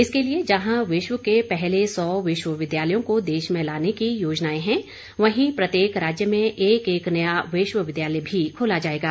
इसके लिए जहां विश्व के पहले सौ विश्वविद्यालयों को देश में लाने की योजनाएं हैं वहीं प्रत्येक राज्य में एक एक नया विश्वविद्यालय भी खोला जाएगा